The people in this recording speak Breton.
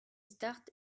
start